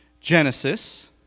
Genesis